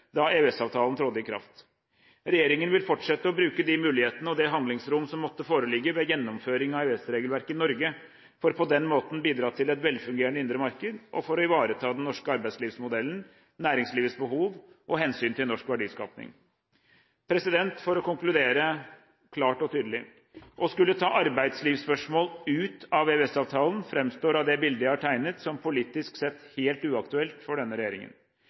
da EØS-avtalen trådte i kraft. Regjeringen vil fortsette å bruke de muligheter og det handlingsrom som måtte foreligge ved gjennomføring av EØS-regelverket i Norge, for på den måten å bidra til et velfungerende indre marked – og for å ivareta den norske arbeidslivsmodellen, næringslivets behov og hensynet til norsk verdiskaping. For å konkludere klart og tydelig: Å skulle ta arbeidslivsspørsmål ut av EØS-avtalen fremstår av det bildet jeg har tegnet, som politisk sett helt uaktuelt for denne regjeringen.